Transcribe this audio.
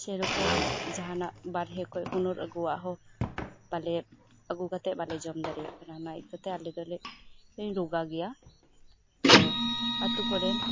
ᱥᱮᱨᱚᱠᱚᱢ ᱡᱟᱦᱟᱱᱟᱜ ᱵᱟᱨᱦᱮ ᱠᱷᱚᱱ ᱦᱩᱱᱟᱹᱨ ᱟᱹᱜᱩᱭᱮᱜ ᱦᱚᱸ ᱵᱟᱞᱮ ᱟᱹᱜᱩᱣᱟᱛᱮᱫ ᱵᱟᱞᱮ ᱡᱚᱢ ᱠᱟᱱᱟ ᱚᱱᱟ ᱤᱠᱟᱹᱛᱮ ᱟᱞᱮ ᱫᱚᱞᱮ ᱤᱧ ᱨᱚᱜᱟ ᱜᱮᱭᱟ ᱛᱚ ᱟᱹᱛᱳ ᱠᱚᱲᱟ